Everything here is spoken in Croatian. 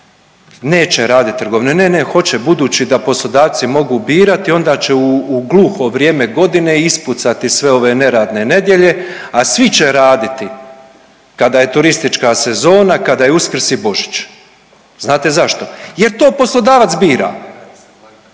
neće radit trgovine, ne, ne, hoće, budući da poslodavci mogu birati onda će u gluho vrijeme godine ispucati sve neradne nedjelje, a svi će raditi kada je turistička sezona, kada je Uskrs i Božić, znate zašto? Jer to poslodavac bira,